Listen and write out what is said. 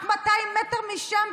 רק 200 מטר משם,